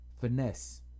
Finesse